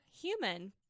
human